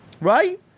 right